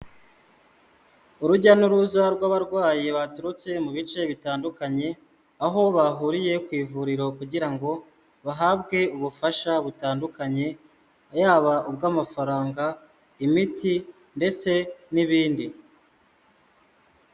Urujya n'uruza rw'abarwayi baturutse mu bice bitandukanye, aho bahuriye ku ivuriro kugira ngo bahabwe ubufasha butandukanye, yaba ubw'amafaranga, imiti ndetse n'ibindi.